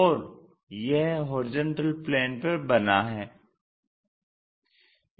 और यह HP पर बना है